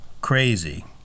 Crazy